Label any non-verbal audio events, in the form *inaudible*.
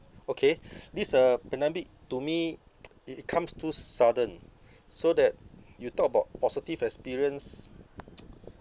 okay this uh pandemic to me *noise* i~ it comes too s~ sudden so that you talk about positive experience *noise*